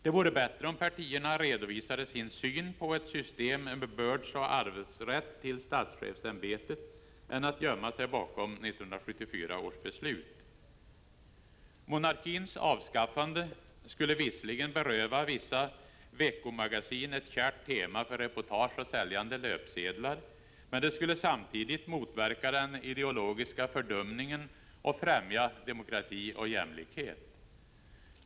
Det vore bättre om partierna redovisade sin syn på ett system med bördsoch arvsrätt till statschefsämbetet än att de gömmer sig bakom 1974 års beslut. Monarkins avskaffande skulle visserligen beröva vissa veckomagasin ett kärt tema för reportage och säljande löpsedlar, men det skulle samtidigt motverka den ideologiska fördumningen och främja demokrati och jämlikhet.